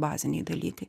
baziniai dalykai